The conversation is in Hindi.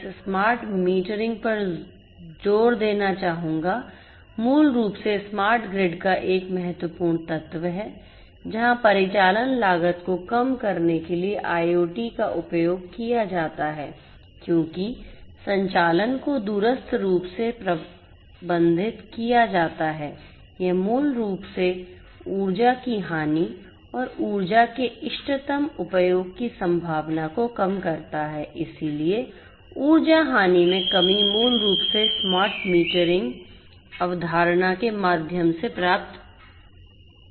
स्मार्ट मीटरिंग अवधारणा के माध्यम से प्राप्त की जाती है